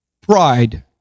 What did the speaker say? pride